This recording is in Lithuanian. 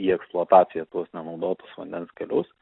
į eksploataciją tuos nenaudotus vandens kelius